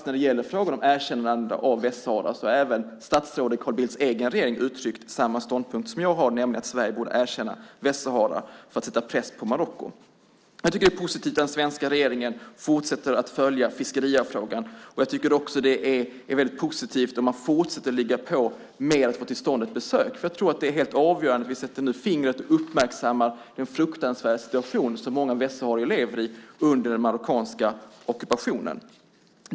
När det gäller frågan om erkännande av Västsahara har även statsrådet Carl Bildts regering uttryckt samma ståndpunkt som jag, nämligen att Sverige borde erkänna Västsahara för att sätta press på Marocko. Det är positivt att den svenska regeringen fortsätter att följa fiskefrågan. Det är också positivt att man fortsätter att ligga på om att få till stånd ett besök. Jag tror att det är helt avgörande att vi sätter fingret på och uppmärksammar den fruktansvärda situation som många västsaharier lever i under den marockanska ockupationen.